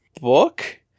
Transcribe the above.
book